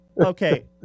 Okay